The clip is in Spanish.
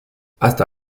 hasta